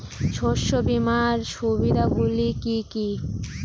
শস্য বিমার সুবিধাগুলি কি কি?